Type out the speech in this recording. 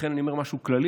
לכן אני אומר משהו כללי,